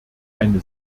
eine